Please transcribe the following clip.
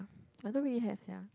I thought we have sia